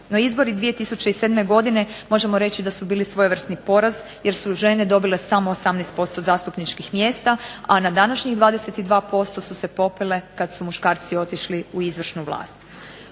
No, izvori 2007. godine možemo reći da su bili svojevrsni poraz jer su žene dobile samo 18% zastupničkih mjesta, a na današnjih 22% su se popele kada su muškarci otišli u izvršnu vlast.